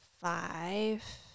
five